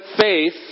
faith